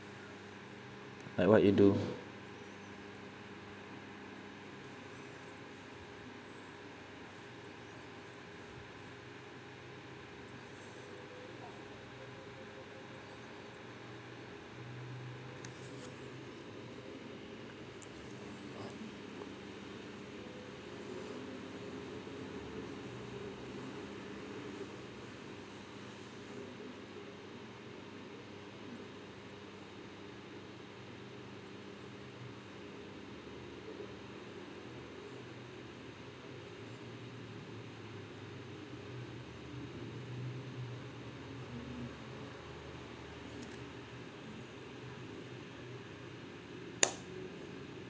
like what you do